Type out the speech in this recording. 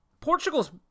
Portugal's